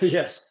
yes